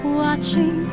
watching